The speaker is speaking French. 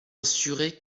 assurés